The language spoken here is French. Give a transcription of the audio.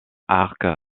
arc